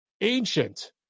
Ancient